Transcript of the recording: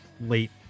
late